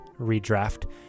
redraft